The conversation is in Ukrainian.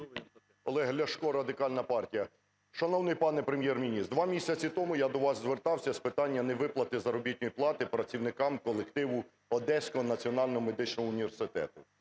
Олег Ляшко, Радикальна партія. Шановний пане Прем'єр-міністр, два місяці тому я до вас звертався з питання невиплати заробітної плати працівникам колективу Одеського національного медичного університету.